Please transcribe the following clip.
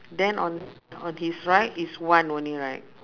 then on on his right is one only right